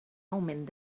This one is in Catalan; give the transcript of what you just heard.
augment